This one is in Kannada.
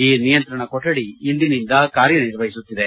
ಈ ನಿಯಂತ್ರಣ ಕೊಠಡಿ ಇಂದಿನಿಂದ ಕಾರ್ಯ ನಿರ್ವಹಿಸುತ್ತಿದೆ